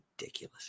ridiculous